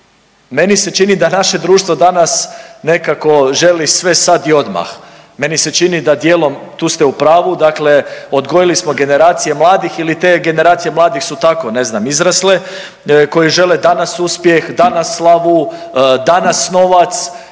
meni se čini da naše društvo danas nekako želi sve sad i odmah. Meni se čini da dijelom tu ste u pravu, dakle odgojili smo generacije mladih ili te generacije mladih su tako ne znam izrasle koji žele danas uspjeh, danas slavu, danas novac